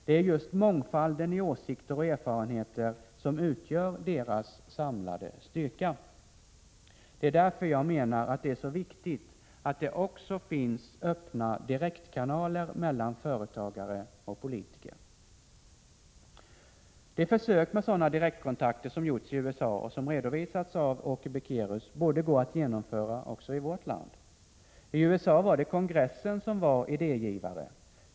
Det är just mångfalden i åsikter och erfarenheter som utgör deras samlade styrka. Det är därför jag menar att det är så viktigt att det också finns öppna direktkanaler mellan företagare och politiker. Det försök med sådana direktkontakter som gjorts i USA, och som redovisats av Åke Beckérus, borde gå att genomföra också i vårt land. I USA var det kongressen som var idégivare.